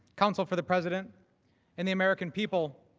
counsel for the president and the american people.